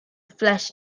flesh